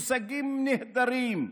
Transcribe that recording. מושגים נהדרים,